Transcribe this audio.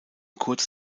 kurz